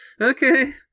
okay